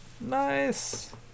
Nice